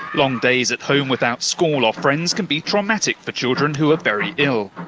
long days at home without school or friends can be traumatic for children who are very ill.